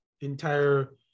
entire